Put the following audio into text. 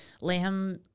lamb